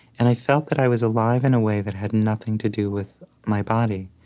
and i felt that i was alive in a way that had nothing to do with my body.